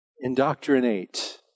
indoctrinate